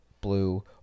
Blue